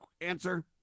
answer